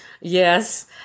Yes